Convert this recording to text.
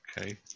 Okay